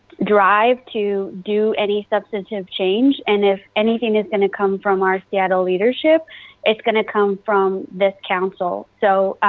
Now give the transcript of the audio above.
drive to do any substantive change. and if anything is going to come from our seattle leadership, it is going to come from this counsel. so,